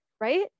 right